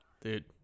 dude